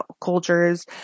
cultures